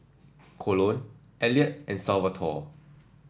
Colon Elliot and Salvatore